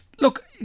Look